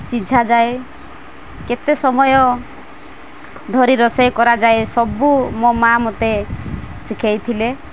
ସିଝାଯାଏ କେତେ ସମୟ ଧରି ରୋଷେଇ କରାଯାଏ ସବୁ ମୋ ମା' ମୋତେ ଶିଖାଇଥିଲେ